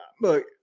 look